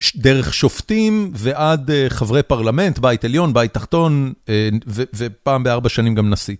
דרך שופטים ועד חברי פרלמנט, בית עליון, בית תחתון ופעם בארבע שנים גם נשיא.